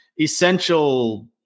essential